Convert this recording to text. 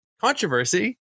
controversy